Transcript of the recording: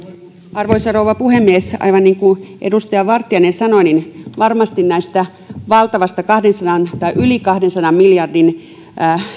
arvoisa rouva puhemies aivan niin kuin edustaja vartiainen sanoi niin varmasti tästä valtavasta kahdensadan tai yli kahdensadan miljardin